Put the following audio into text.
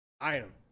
item